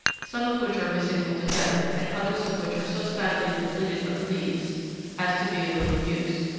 some of which are missing altogether and others of which are so sadly depleted of leaves as to be of little use.